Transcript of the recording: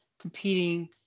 competing